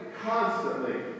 constantly